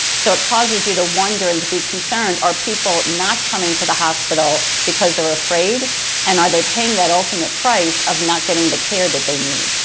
so it causes you to wonder and to be concerned are people not coming to the hospital because they're afraid and are they paying that ultimate price of not getting the care that they need.